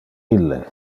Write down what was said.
ille